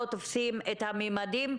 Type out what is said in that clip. נפש בקהילה למתן שירותים מקצועיים של שיקום.